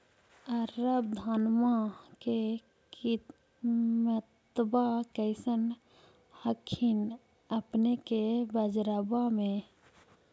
अबर धानमा के किमत्बा कैसन हखिन अपने के बजरबा में?